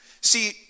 See